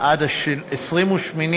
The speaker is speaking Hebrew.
תשתה מים.